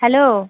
hello